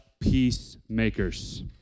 peacemakers